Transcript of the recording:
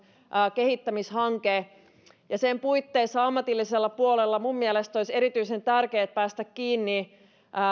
kehittämishanke ja sen puitteissa ammatillisella puolella minun mielestäni olisi erityisen tärkeää päästä kiinni